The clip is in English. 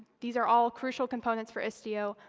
these are all crucial components for istio.